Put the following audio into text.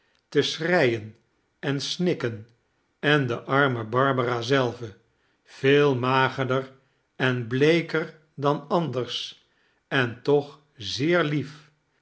te schreien en snikken en de arme barbara zelve veel magerder en bleeker dan anders en toch zeer lief